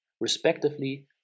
respectively